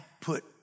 put